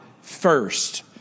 first